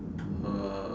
uh